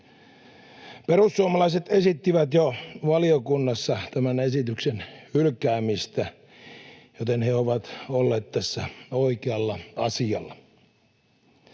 Perussuomalaiset esittivät jo valiokunnassa tämän esityksen hylkäämistä, joten he ovat olleet tässä oikealla asialla.